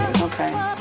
Okay